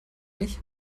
nicht